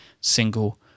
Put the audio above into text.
single